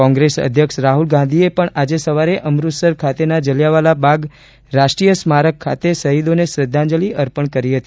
કોંગ્રેસ અધ્યક્ષ રાહુલ ગાંધીએ પણ આજે સવારે અમૃતસર ખાતેના જલિયાવાલા બાગ રાષ્ટ્રીય સ્મારક ખાતે શહીદોને શ્રધ્ધાજંલિ અર્પણ કરી હતી